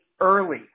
early